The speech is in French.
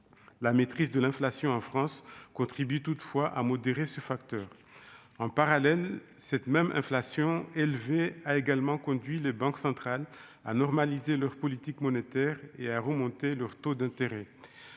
la maîtrise de l'inflation en France contribue toutefois à modérer ce facteur en parallèle cette même inflation élevée a également conduit les banques centrales à normaliser leurs politiques monétaire et à remonter leurs taux d'intérêt